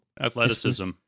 Athleticism